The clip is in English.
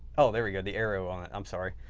oh, there we go. the arrow on it. i'm sorry.